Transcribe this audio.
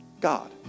God